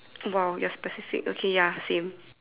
!wow! you're specific okay ya same